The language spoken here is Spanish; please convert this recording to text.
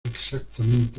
exactamente